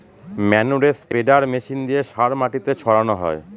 ম্যানুরে spreader machine দিয়ে সার মাটিতে ছড়ানো হয়